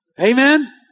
Amen